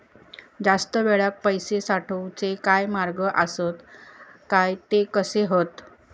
जास्त वेळाक पैशे साठवूचे काय मार्ग आसत काय ते कसे हत?